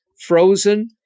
frozen